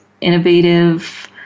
innovative